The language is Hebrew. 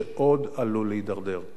שעוד עלול להידרדר.